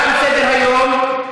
תם סדר-היום.